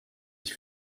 ich